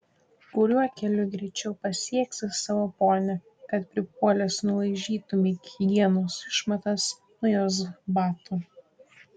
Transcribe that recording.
kuriuo keliu greičiau pasieksi savo ponią kad pripuolęs nulaižytumei hienos išmatas nuo jos batų